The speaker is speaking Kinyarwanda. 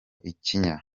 ikinya